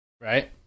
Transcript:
Right